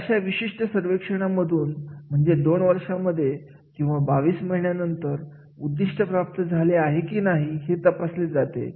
तर अशा विशिष्ट सर्वेक्षणांमधून म्हणजे दोन वर्षांमध्ये किंवा या 22 महिन्यानंतर उद्दिष्ट प्राप्त झाली आहे की नाही हे तपासले जाते